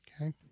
Okay